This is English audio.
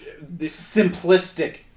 simplistic